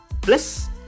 plus